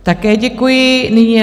Také děkuji.